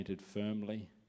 firmly